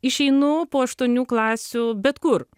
išeinu po aštuonių klasių bet kur